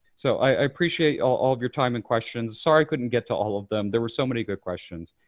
so i appreciate all all of your time and questions. sorry i couldn't get to all of them. there were so many good questions.